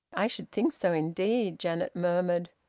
i should think so indeed! janet murmured.